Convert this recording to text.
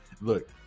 look